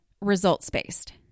results-based